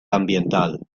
ambiental